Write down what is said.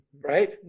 Right